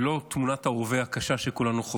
ולא את תמונת הרובה הקשה, שכולנו חווים.